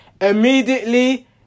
Immediately